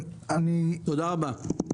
תודה רבה.